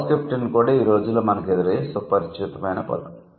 house captain కూడా ఈ రోజుల్లో మనకు ఎదురయ్యే సుపరిచితమైన పదం